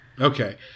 Okay